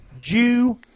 Jew